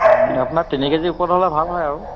আপোনাৰ তিনি কেজিৰ ওপৰত হ'লে ভাল হয় আৰু